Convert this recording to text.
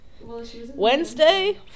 Wednesday